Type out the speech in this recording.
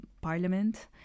parliament